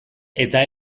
eta